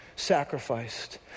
sacrificed